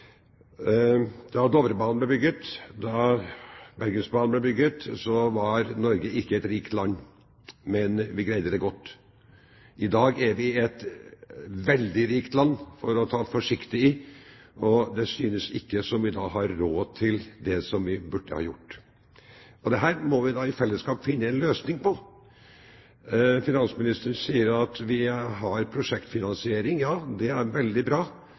Da Dovrebanen ble bygget, og da Bergensbanen ble bygget, var Norge ikke et rikt land. Men vi greide det godt. I dag er vi et veldig rikt land – for å ta forsiktig i – og det synes ikke som om vi har råd til det vi burde ha gjort. Dette må vi i fellesskap finne en løsning på. Finansministeren sier at vi har prosjektfinansiering. Ja, det er veldig bra,